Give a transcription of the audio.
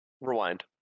rewind